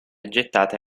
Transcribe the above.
gettate